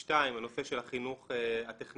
שניים, הנושא של החינוך הטכנולוגי,